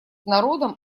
народом